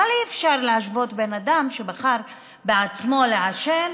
אי-אפשר להשוות בן אדם שבחר בעצמו לעשן